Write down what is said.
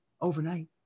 overnight